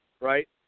right